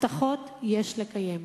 הבטחות יש לקיים.